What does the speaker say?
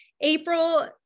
april